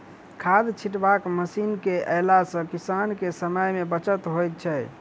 खाद छिटबाक मशीन के अयला सॅ किसान के समय मे बचत होइत छै